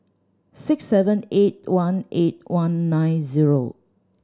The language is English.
six seven eight one eight one nine zero